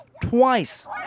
twice